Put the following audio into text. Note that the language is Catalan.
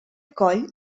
coll